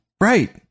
Right